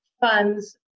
funds